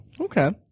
Okay